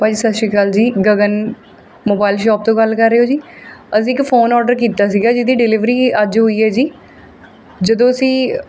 ਭਾਅ ਜੀ ਸਤਿ ਸ਼੍ਰੀ ਅਕਾਲ ਜੀ ਗਗਨ ਮੋਬਾਈਲ ਸ਼ੋਪ ਤੋਂ ਗੱਲ ਕਰ ਰਹੇ ਓ ਜੀ ਅਸੀਂ ਇੱਕ ਫੋਨ ਔਡਰ ਕੀਤਾ ਸੀਗਾ ਜਿਹਦੀ ਡਿਲੀਵਰੀ ਅੱਜ ਹੋਈ ਹੈ ਜੀ ਜਦੋਂ ਅਸੀਂ